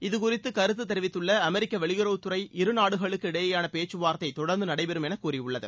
இது குறித்து கருத்து தெரிவித்துள்ள அமெரிக்க வெளியுறவுத்துறை இரு நாடுகளு இடையேயாள பேச்சுவார்த்தை தொடர்ந்து நடைபெறும் என கூறியுள்ளது